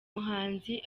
muhanzi